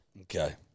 Okay